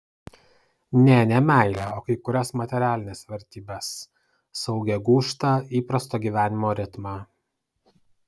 ne ne meilę o kai kurias materialines vertybes saugią gūžtą įprasto gyvenimo ritmą